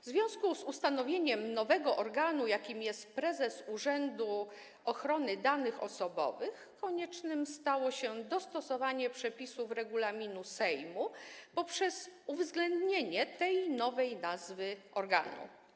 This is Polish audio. W związku z ustanowieniem nowego organu, jakim jest prezes Urzędu Ochrony Danych Osobowych, konieczne stało się dostosowanie przepisów regulaminu Sejmu poprzez uwzględnienie tej nowej nazwy organu.